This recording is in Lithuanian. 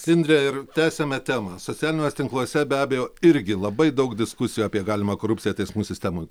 indre ir tęsiame temą socialiniuose tinkluose be abejo irgi labai daug diskusijų apie galimą korupciją teismų sistemoj